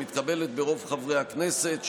שמתקבלת ברוב חברי הכנסת,